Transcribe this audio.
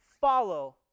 follow